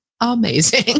amazing